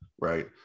Right